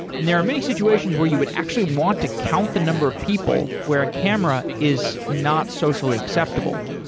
and there are many situations where you would actually want to count the number of people where a camera is not socially acceptable.